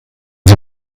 sie